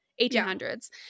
1800s